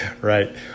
Right